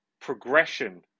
progression